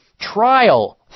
trial